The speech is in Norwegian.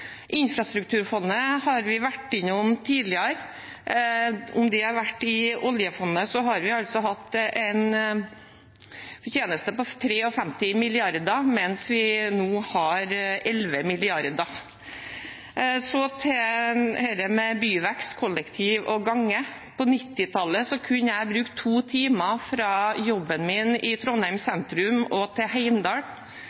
Infrastrukturfondet har vi vært innom tidligere. Om det hadde vært i oljefondet, hadde vi hatt en fortjeneste på 53 mrd. kr, mens vi nå har 11 mrd. kr. Så til dette med byvekst, kollektiv og gange. På 1990-tallet kunne jeg bruke to timer fra jobben min i Trondheim